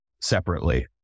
separately